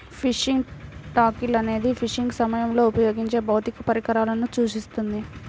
fishing tackle అనేది fishing సమయంలో ఉపయోగించే భౌతిక పరికరాలను సూచిస్తుంది